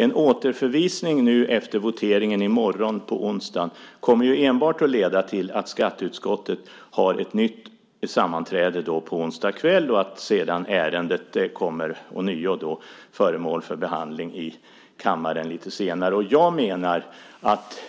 En återförvisning efter voteringen i morgon, onsdag, kommer enbart att leda till att skatteutskottet har ett nytt sammanträde på onsdag kväll och att ärendet sedan ånyo blir föremål för behandling i kammaren lite senare. Jag menar att